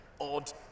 odd